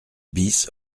bis